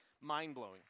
mind-blowing